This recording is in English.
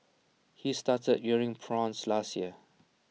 he started rearing prawns last year